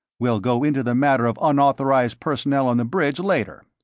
we'll go into the matter of unauthorized personnel on the bridge later.